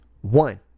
One